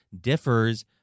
differs